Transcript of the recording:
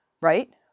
Right